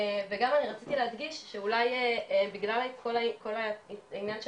וגם אני רציתי להדגיש שאולי בגלל כל העניין של